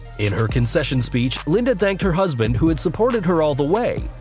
in her concession speech, linda thanked her husband who had supported her all the way,